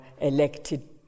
elected